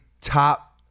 top